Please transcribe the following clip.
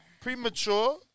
premature